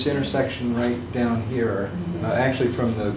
intersection right down here actually from the